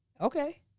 okay